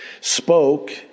spoke